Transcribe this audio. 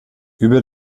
über